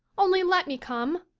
only let me come.